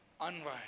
unwise